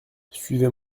suivez